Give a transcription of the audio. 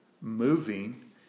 moving